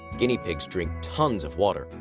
guinea pigs drink tons of water.